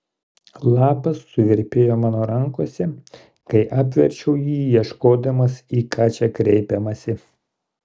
lapas suvirpėjo mano rankose kai apverčiau jį ieškodamas į ką čia kreipiamasi